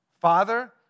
Father